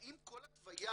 האם כל התוויה,